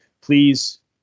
please